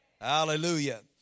Hallelujah